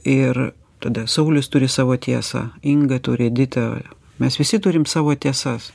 ir tada saulius turi savo tiesą inga turi edita mes visi turim savo tiesas